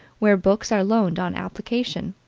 where books are loaned on application,